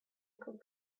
could